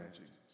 Jesus